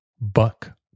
Buck